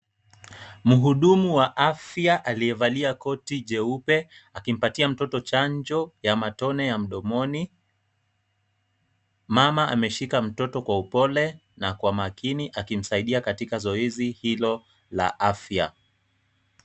Mhudumu wa afya aliyevalia koti jeupe, akimpatia mtoto chanjo ya matone ya mdomoni. Mama ameshika mtoto kwa upole na kwa makini akimsaidia katika zoezi hilo la afya.